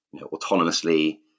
autonomously